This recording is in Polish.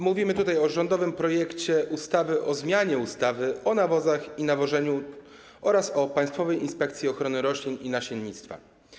Mówimy tutaj o rządowym projekcie ustawy o zmianie ustawy o nawozach i nawożeniu oraz ustawy o Państwowej Inspekcji Ochrony Roślin i Nasiennictwa.